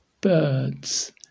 birds